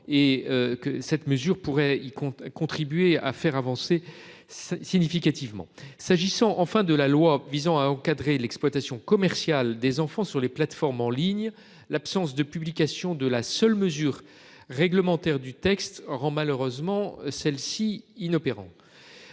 et que cette mesure pourrait il compte contribuer à faire avancer significativement. S'agissant enfin de la loi visant à encadrer l'exploitation commerciale des enfants sur les plateformes en ligne. L'absence de publication de la seule mesure réglementaire du texte rend malheureusement celle-ci inopérant.